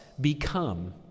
become